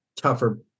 tougher